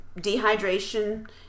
dehydration